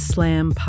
Slam